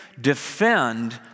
Defend